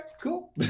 cool